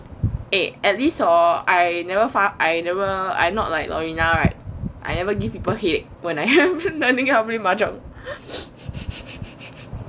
eh at least hor I never fa~ I never I not like lorena right I never give people head when I learning how to play mahjong